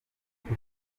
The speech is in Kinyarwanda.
ziri